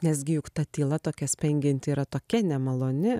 nesgi juk ta tyla tokia spengianti yra tokia nemaloni